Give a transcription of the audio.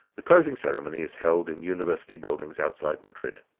the closing ceremony is held in university buildings outside madrid.